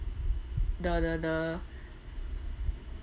the the the